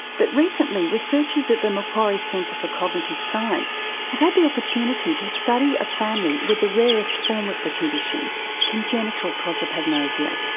but recently researchers at the macquarie centre for cognitive science have had the opportunity to study a family with the rarest form of the condition congenital prosopagnosia.